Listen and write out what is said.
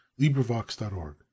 LibriVox.org